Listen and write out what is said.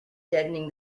deadening